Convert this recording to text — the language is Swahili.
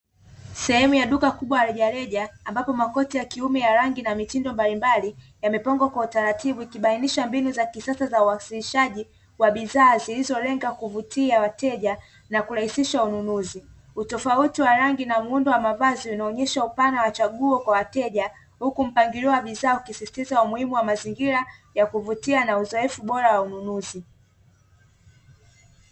Sehemu ya duka kubwa la rejareja ambapo makoti ya kiume ya rangi na mitindo mbalimbali yamepangwa kwa utaratibu ikibainisha mbinu ya kisasa ya kiuwasilishaji wa bidhaa zilizolenga kuvutia wateja na kurahisisha ununuzi. Utofauti wa rangi na muundo ya mavazi unaonesha upana wa chaguo kwa wateja, huku mpangilio wa bidhaa ukisisitiza umuhimu wa mazingira ya kuvutia na uzoefu bora wa manunuzi.